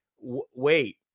wait